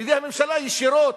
בידי הממשלה ישירות,